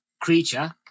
creature